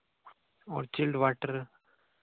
और chilled water